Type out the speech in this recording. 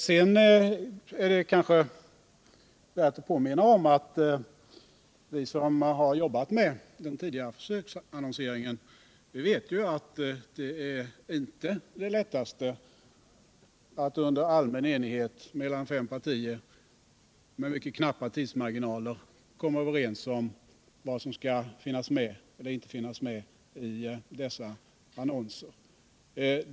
: Det är kanske värt att påminna om att vi som har jobbat med den tidigare försöksannonseringen vet att det irte är det lättaste att i allmän enighet mellan fem partier och med mycket knappa tidsmarginaler komma överens om vad som skall finnas med eller inte i dessa annonser.